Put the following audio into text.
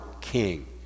king